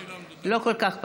לא כל כך פשוט.